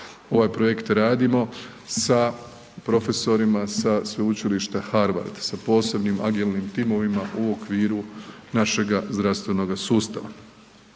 Ovaj projekt radimo sa profesorima sa Sveučilišta Harvard, sa posebnim agilnim timovima u okviru našega zdravstvenoga sustava.